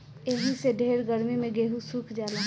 एही से ढेर गर्मी मे गेहूँ सुख जाला